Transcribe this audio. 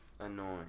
Annoying